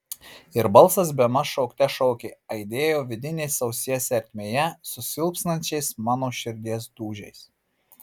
ir balsas bemaž šaukte šaukė aidėjo vidinės ausies ertmėje su silpstančiais mano širdies dūžiais